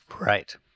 Right